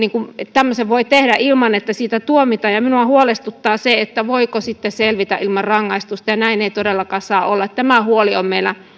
tämmöisen teon voi tehdä ilman että siitä tuomitaan ja minua huolestuttaa se voiko selvitä ilman rangaistusta ja näin ei todellakaan saa olla tämä huoli on meillä